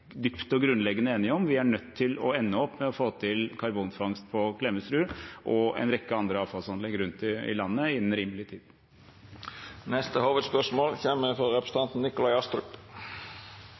dypt og grunnleggende enige om. Vi er nødt til å ende opp med å få til karbonfangst på Klemetsrud og en rekke andre avfallsanlegg rundt i landet innen rimelig